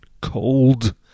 cold